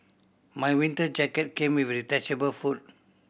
my winter jacket came with a detachable hood